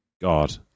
God